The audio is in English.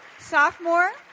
sophomore